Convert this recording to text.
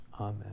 amen